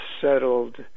settled